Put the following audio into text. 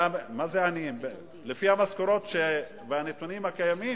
לפי המשכורות והנתונים הקיימים,